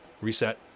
reset